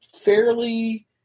fairly